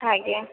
ଆଜ୍ଞା